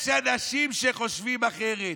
יש אנשים שחושבים אחרת.